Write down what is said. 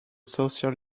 social